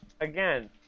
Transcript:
Again